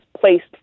placed